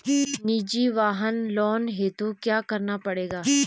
निजी वाहन लोन हेतु क्या करना पड़ेगा?